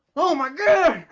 oh my goodness,